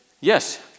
Yes